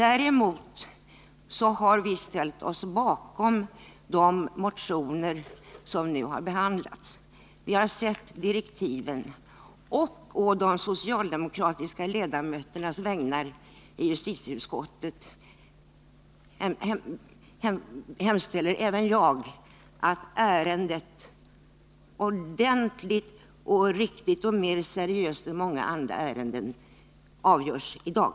Vi har ställt oss bakom de motioner som behandlats, vi har sett direktiven, och på de socialdemokratiska ledamöternas vägnar i justitieutskottet hemställer även jag att ärendet, som har beretts mera seriöst än de flesta andra ärenden, avgörs i dag.